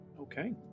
Okay